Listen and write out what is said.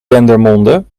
dendermonde